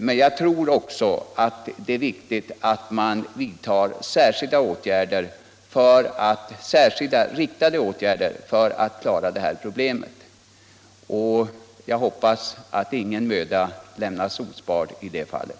Men det är också viktigt att man vidtar särskilda riktade åtgärder för att klara detta problem. Jag hoppas att ingen möda kommer att sparas i det fallet.